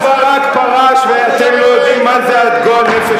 רק ברק פרש ואתם לא יודעים מה זה הגועל נפש